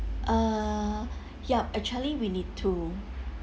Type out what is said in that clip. uh yup actually we need to